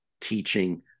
teaching